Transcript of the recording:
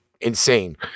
insane